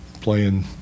playing